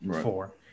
Four